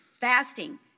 fasting